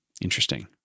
Interesting